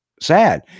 sad